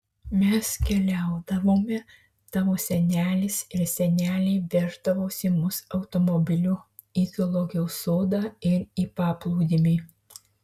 mes keliaudavome tavo senelis ir senelė veždavosi mus automobiliu į zoologijos sodą ir į paplūdimį